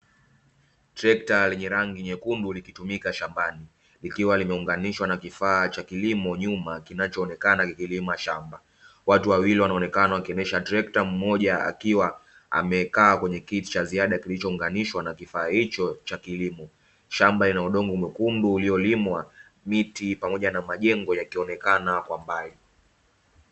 Trekta lenye rangi nyekundu likitumika shambani, likiwa limeunganishwa na kifaa cha kilimo nyuma kinachoonekana kikilima shamba. Watu wawili wanaonekana wakiendesha trekta, mmoja akiwa amekaa kwenye kiti cha ziada kilichounganishwa na kifaa hicho cha kilimo. Shamba lina udongo mwekundu uliolimwa, miti pamoja na majengo yakionekana kwa mbali.